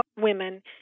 women